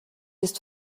ist